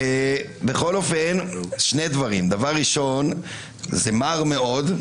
בכל אופן, דבר ראשון, זה מר מאוד.